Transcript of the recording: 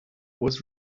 was